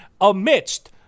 amidst